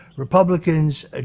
Republicans